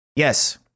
Yes